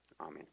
Amen